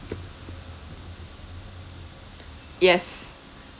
yes